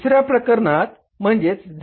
दुसऱ्या प्रकरणात म्हणजेच Z